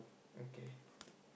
okay